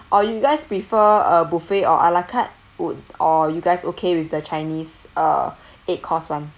or you guys prefer uh buffet or a la carte would or you guys okay with the chinese uh eight course [one]